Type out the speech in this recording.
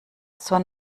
zur